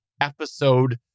episode